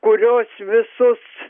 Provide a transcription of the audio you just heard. kurios visus